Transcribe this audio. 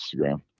instagram